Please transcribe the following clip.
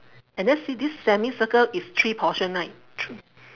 and then see this semicircle is three portion right thr~